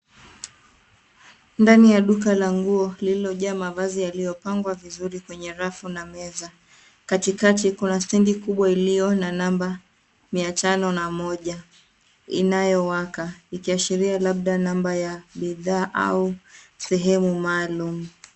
Ndani ya duka la nguo lililojaa mavazi yaliyopangwa vizuri kwenye rafu na meza. Katikati kuna stand kubwa iliyo na number 501 inayowaka ikiashiria labda number]cs] ya bidhaa au sehemu maaalum.